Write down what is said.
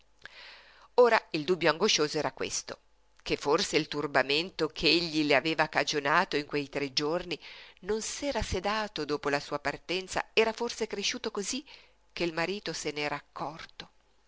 ora il dubbio angoscioso era questo che forse il turbamento ch'egli le aveva cagionato in quei tre giorni non s'era sedato dopo la sua partenza era forse cresciuto cosí che il marito se n'era accorto